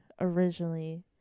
originally